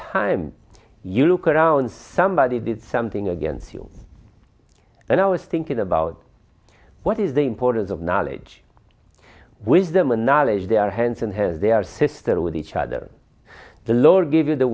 time you look around somebody did something against you and i was thinking about what is the importance of knowledge wisdom and knowledge their hands and have their sister with each other the lower give you the